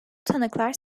tanıklar